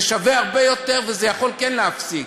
זה שווה הרבה יותר וזה יכול כן להפסיק.